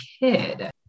kid